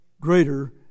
greater